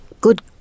Good